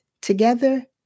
together